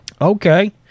Okay